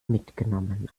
mitgenommen